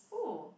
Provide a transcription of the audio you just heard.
who